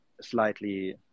slightly